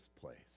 place